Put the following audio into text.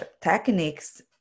techniques